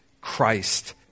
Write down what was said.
Christ